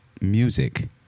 music